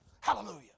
Hallelujah